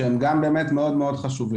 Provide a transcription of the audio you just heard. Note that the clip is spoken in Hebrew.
שהם גם באמת מאוד חשובים,